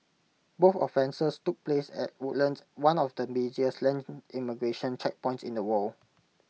both offences took place at Woodlands one of the busiest land immigration checkpoints in the world